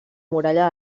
muralla